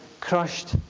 crushed